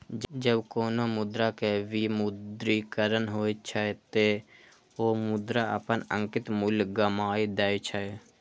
जब कोनो मुद्रा के विमुद्रीकरण होइ छै, ते ओ मुद्रा अपन अंकित मूल्य गमाय दै छै